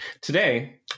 Today